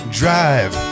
drive